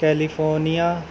California